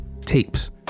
tapes